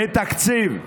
בתקציב,